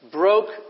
broke